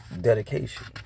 dedication